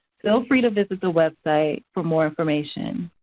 feel free to visit the website for more information.